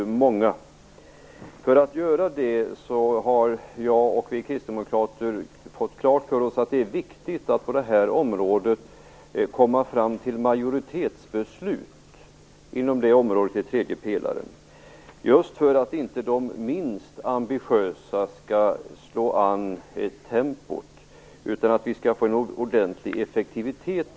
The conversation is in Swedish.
Men för att kunna göra det är det viktigt, har jag och kristdemokraterna fått klart för oss, att på det här området komma fram till majoritetsbeslut i tredje pelaren, just för att inte de minst ambitiösa skall slå an ett tempo och för att vi skall få ordentlig effektivitet.